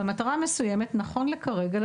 ונכון לכרגע,